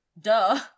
Duh